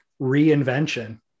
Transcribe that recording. reinvention